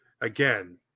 again